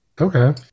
Okay